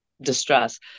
distress